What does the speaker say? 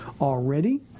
already